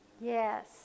Yes